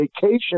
vacation